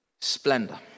splendor